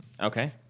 Okay